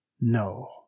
No